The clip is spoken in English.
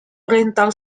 rental